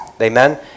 Amen